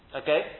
okay